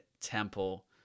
temple